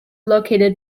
located